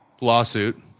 lawsuit